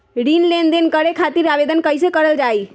ऋण लेनदेन करे खातीर आवेदन कइसे करल जाई?